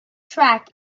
track